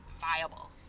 viable